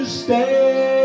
stay